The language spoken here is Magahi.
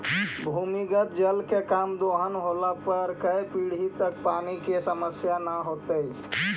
भूमिगत जल के कम दोहन होला पर कै पीढ़ि तक पानी के समस्या न होतइ